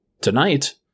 Tonight